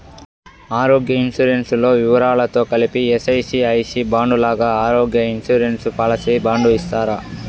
ఆరోగ్య ఇన్సూరెన్సు లో వివరాలతో కలిపి ఎల్.ఐ.సి ఐ సి బాండు లాగా ఆరోగ్య ఇన్సూరెన్సు పాలసీ బాండు ఇస్తారా?